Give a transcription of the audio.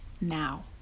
now